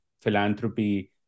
philanthropy